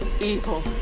Evil